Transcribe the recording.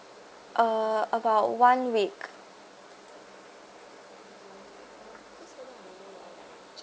uh about one week